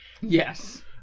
Yes